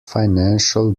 financial